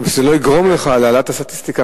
אבל שזה לא יגרום לך להעלאת הסטטיסטיקה,